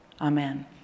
Amen